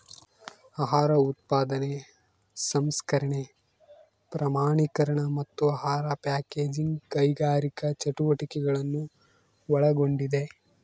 ಆಹಾರ ಉತ್ಪಾದನೆ ಸಂಸ್ಕರಣೆ ಪ್ರಮಾಣೀಕರಣ ಮತ್ತು ಆಹಾರ ಪ್ಯಾಕೇಜಿಂಗ್ ಕೈಗಾರಿಕಾ ಚಟುವಟಿಕೆಗಳನ್ನು ಒಳಗೊಂಡಿದೆ